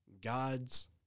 God's